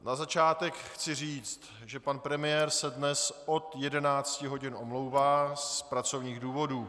Na začátek chci říci, že pan premiér se od 11 hodin omlouvá z pracovních důvodů.